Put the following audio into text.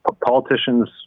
Politicians